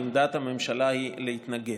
עמדת הממשלה היא להתנגד.